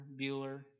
Bueller